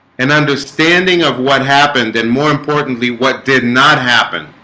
an understanding of what happened and more importantly, what did not happen